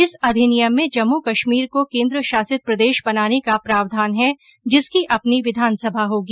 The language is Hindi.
इस अधिनियम में जम्मू कश्मीर को केन्द्रशासित प्रदेश बनाने का प्रावधान है जिसकी अपनी विधानसभा होगी